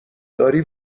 داری